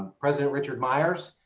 president richard myers.